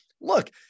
look